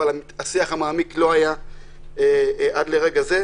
אבל השיח המעמיק לא היה עד לרגע זה,